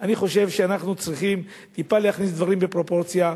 אני חושב שאנחנו צריכים טיפה להכניס דברים לפרופורציה.